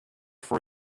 for